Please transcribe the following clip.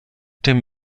dem